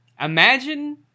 Imagine